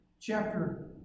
chapter